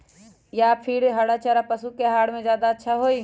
या फिर हरा चारा पशु के आहार में ज्यादा अच्छा होई?